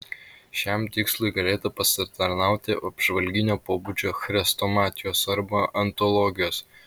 šiam tikslui galėtų pasitarnauti apžvalginio pobūdžio chrestomatijos arba antologijos